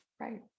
Right